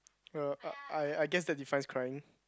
er I I guess that defines crying